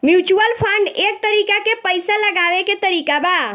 mutual fund एक तरीका के पइसा लगावे के तरीका बा